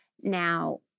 Now